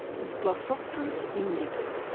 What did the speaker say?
as glossopteris indica,